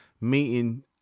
Meeting